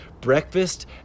Breakfast